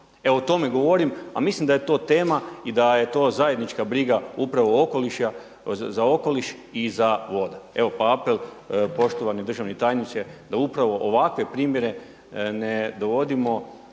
evo o tome govorim, a mislim da je to tema i da je to zajednička briga upravo za okoliš i za vode. Evo pa apel poštovani državni tajniče da upravo ovakve primjere ne dovodimo